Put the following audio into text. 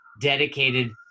dedicated